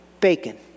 bacon